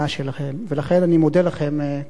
ולכן אני מודה לכם מראש על תמיכתכם.